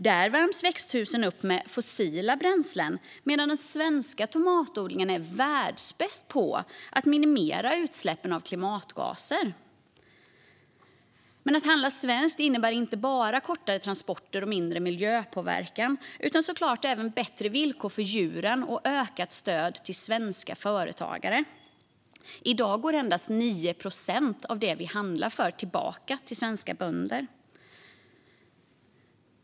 Där värms växthusen upp med fossila bränslen medan den svenska tomatodlingen är världsbäst på att minimera utsläppen av klimatgaser. Att handla svenskt innebär inte bara kortare transporter och mindre miljöpåverkan utan såklart även bättre villkor för djuren och ökat stöd till svenska företagare. I dag går endast 9 procent av pengarna vi handlar för tillbaka till svenska bönder.